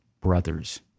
brothers